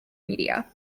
media